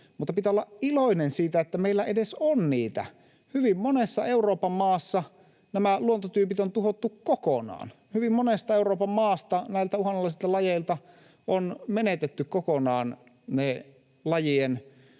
mutta pitää olla iloinen siitä, että meillä edes on niitä. Hyvin monessa Euroopan maassa nämä luontotyypit on tuhottu kokonaan. Hyvin monesta Euroopan maasta näiltä uhanalaisilta lajeilta on menetetty kokonaan niiden lajien